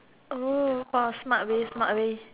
oh !wow! smart way smart way